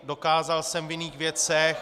Dokázal jsem v jiných věcech.